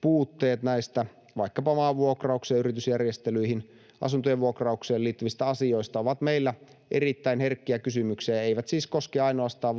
puutteet näistä vaikkapa maanvuokraukseen, yritysjärjestelyihin ja asuntojen vuokraukseen liittyvistä asioista ovat meillä erittäin herkkiä kysymyksiä. Ne eivät siis koske ainoastaan